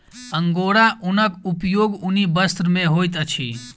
angora ऊनक उपयोग ऊनी वस्त्र में होइत अछि